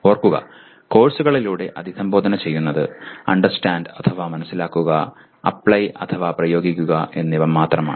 ഓർക്കുക കോഴ്സുകളിലൂടെ അഭിസംബോധന ചെയ്യുന്നത് 'അണ്ടർസ്റ്റാൻഡ് അഥവാ മനസിലാക്കുക 'അപ്ലൈ അഥവാ പ്രയോഗിക്കുക എന്നിവ മാത്രമാണ്